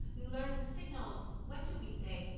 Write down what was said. you learn the signals, what do we say,